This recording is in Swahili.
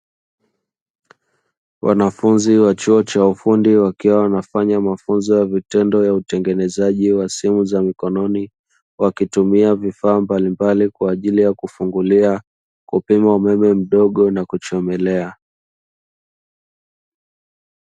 Wanafunzi wa chuo cha ufundi wakiwa wanafanya mafunzo ya vitendo ya utengenezaji wa simu za mkononi, wakitumia vifaa mbalimbali kwa ajili ya kufungulia, kupima umeme mdogo na kuchomelea.